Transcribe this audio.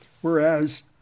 whereas